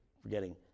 forgetting